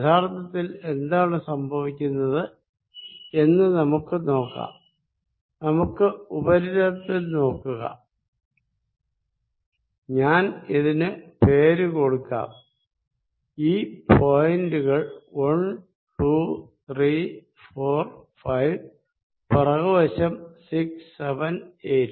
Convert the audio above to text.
യഥാർത്ഥത്തിൽ എന്താണ് സംഭവിക്കുന്നത് എന്ന് നമുക്ക് നോക്കാം നമുക്ക് സർഫേസിൽ നോക്കുക ഞാൻ ഇതിന് പേര് കൊടുക്കാം ഈ പോയിന്റ്കൾ 1 2 3 4 5 പിറകുവശം 6 7 8